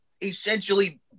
essentially